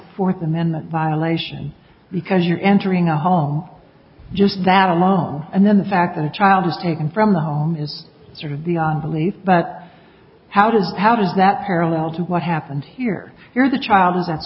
fourth amendment violation because you're entering a home just that alone and then the fact that a child is taken from the home is sort of beyond belief but how does how does that parallel to what happened here here's a child